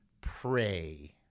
Pray